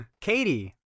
Katie